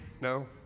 No